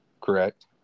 Correct